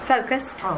Focused